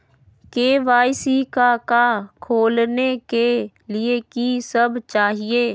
KYC का का खोलने के लिए कि सब चाहिए?